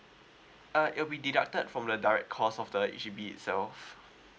uh it'll be deducted from the direct cost of the H_D_B itself